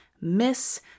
miss